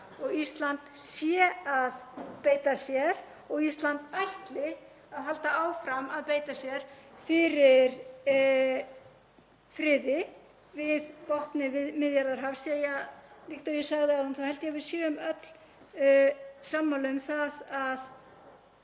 og Ísland sé að beita sér og Ísland ætli að halda áfram að beita sér fyrir friði fyrir botni Miðjarðarhafs, því að líkt og ég sagði áðan þá held ég að við séum öll sammála um það að